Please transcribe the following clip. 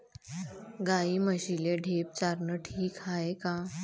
गाई म्हशीले ढेप चारनं ठीक हाये का?